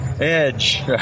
Edge